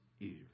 ears